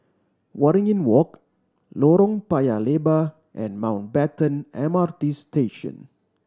Waringin Walk Lorong Paya Lebar and Mountbatten M R T Station